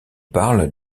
parle